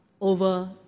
over